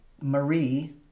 Marie